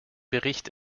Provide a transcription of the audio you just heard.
bericht